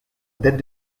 date